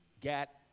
get